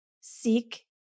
Seek